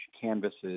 canvases